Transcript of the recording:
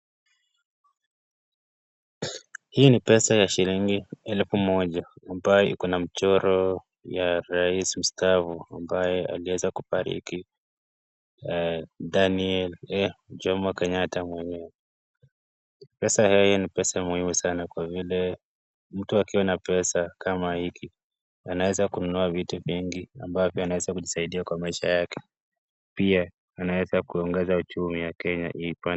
Hii ni pesa ya shillingi elfu moja ambayo iko na mchoro ya rais mstaafu ambaye aliweza kufariki Daniel Jomo Kenyatta mwenyewe pesa ni kitu ya muhimu sana mtu akiwa na pesa kama hiki anaweza kununua vitu vingi ambavyo anaweza kujisaidia kwa maisha yake pia anaweza kuongeza uchumi wa Kenya.